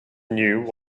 knew